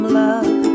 love